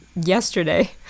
yesterday